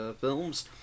films